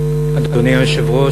אדוני היושב-ראש,